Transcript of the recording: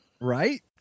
Right